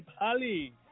Ali